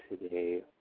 today